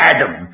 Adam